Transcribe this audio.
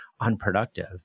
unproductive